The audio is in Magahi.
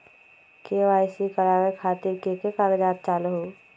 के.वाई.सी करवे खातीर के के कागजात चाहलु?